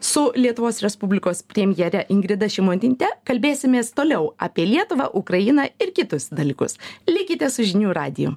su lietuvos respublikos premjere ingrida šimonyte kalbėsimės toliau apie lietuvą ukrainą ir kitus dalykus likite su žinių radiju